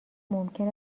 ممکن